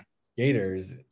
Skaters